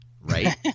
right